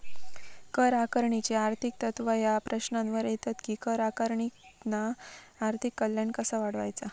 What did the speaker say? कर आकारणीची आर्थिक तत्त्वा ह्या प्रश्नावर येतत कि कर आकारणीतना आर्थिक कल्याण कसा वाढवायचा?